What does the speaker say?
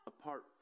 apart